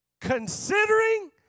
considering